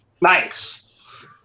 nice